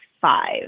five